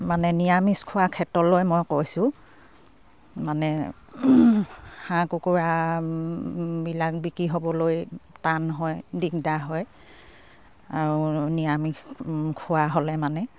মানে নিৰামিষ খোৱাৰ ক্ষেত্ৰলৈ মই কৈছোঁ মানে হাঁহ কুকুৰা বিলাক বিক্ৰী হ'বলৈ টান হয় দিগদাৰ হয় আৰু নিৰামিষ খোৱা হ'লে মানে